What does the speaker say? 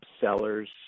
sellers